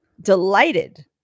delighted